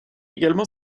également